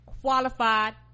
qualified